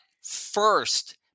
first